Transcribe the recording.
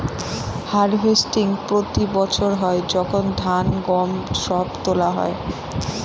harvesting প্রতি বছর হয় যখন ধান, গম সব তোলা হয়